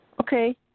Okay